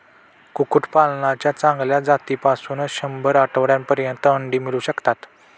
कुक्कुटपालनाच्या चांगल्या जातीपासून शंभर आठवड्यांपर्यंत अंडी मिळू शकतात